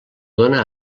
dóna